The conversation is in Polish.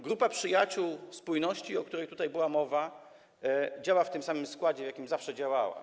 Grupa przyjaciół spójności, o której tutaj była mowa, działa w tym samym składzie, w jakim zawsze działała.